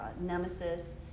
nemesis